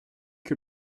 que